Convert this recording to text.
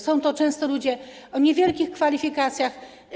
Są to często ludzie o niewielkich kwalifikacjach.